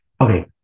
okay